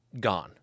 gone